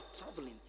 traveling